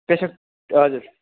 पेसोक हजुर